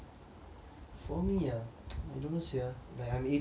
for me ah I don't know sia like I'm eighteen now